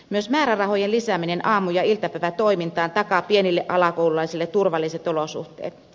myös määrärahojen lisääminen aamu ja iltapäivätoimintaan takaa pienille alakoululaisille turvalliset olosuhteet